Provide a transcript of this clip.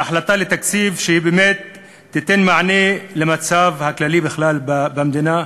להחלטה על תקציב שייתן מענה למצב הכללי בכלל במדינה.